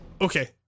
Okay